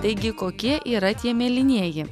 taigi kokie yra tie mėlynieji